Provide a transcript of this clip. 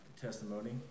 testimony